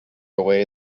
away